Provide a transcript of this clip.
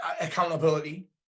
accountability